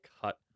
cut